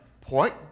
Point